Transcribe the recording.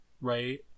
right